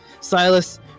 Silas